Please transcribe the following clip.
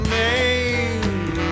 name